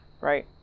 right